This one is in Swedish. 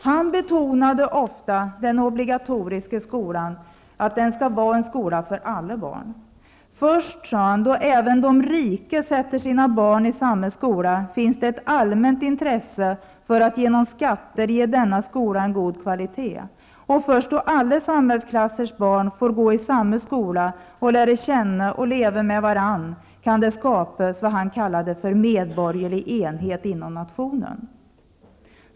Han betonade ofta att den obligatoriska skolan skall vara en skola för alla barn. Först då även de rika sätter sina barn i samma skola, finns det ett allmänt intresse för att genom skatter ge denna skola en god kvalitet, sade han. Och först då alla samhällsklassers barn får gå i samma skola och lära känna och leva med varandra kan det skapas vad han kallade medborgerlig enhet inom nationen.